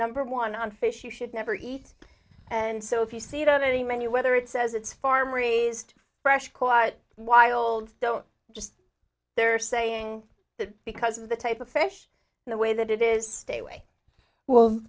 number one on fish you should never eat and so if you see it on any menu whether it says it's farm raised fresh caught wild don't just they're saying that because of the type of fish and the way that it is stay away will